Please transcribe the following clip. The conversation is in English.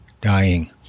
dying